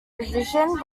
revision